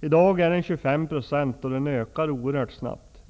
I dag är den 25 %, och den ökar oerhört snabbt.